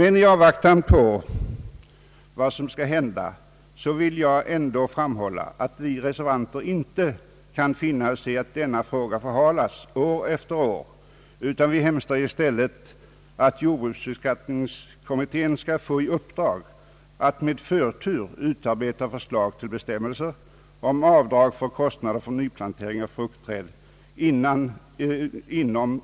I avvaktan på vad som skall hända vill jag emellertid framhålla att vi reservanter inte kan finna oss i att denna fråga förhalas år efter år, utan vi hemställer i stället att jordbruksbeskattningskommittén skall få i uppdrag att med förtur utarbeta förslag till bestämmelser om avdrag vid beskattningen för kostnader vid nyplantering av fruktträd inom